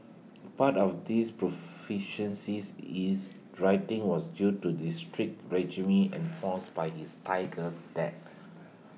part of this proficiencies is writing was due to the strict regime enforced by his tigers dad